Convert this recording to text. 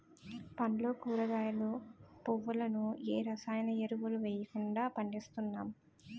పండ్లు కూరగాయలు, పువ్వులను ఏ రసాయన ఎరువులు వెయ్యకుండా పండిస్తున్నాం